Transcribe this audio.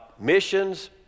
missions